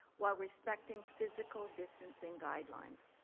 while respecting physical distancing guidelines.